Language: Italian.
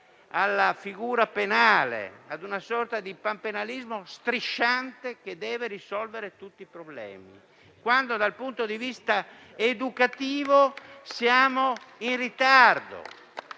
alla figura penale, ad una sorta di panpenalismo strisciante che deve risolvere tutti i problemi, quando dal punto di vista educativo siamo in ritardo.